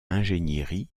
ingénierie